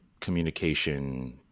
communication